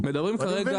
מדברים כרגע.